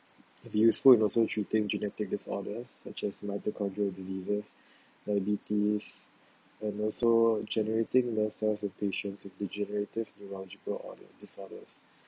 useful in also treating genetic disorders such as diseases diabetes and also generating nerve cells in patients with degenerative neurological orders disorders